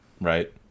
Right